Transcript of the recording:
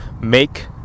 make